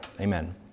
Amen